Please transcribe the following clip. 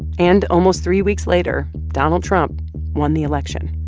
and almost three weeks later, donald trump won the election.